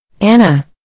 Anna